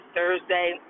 Thursday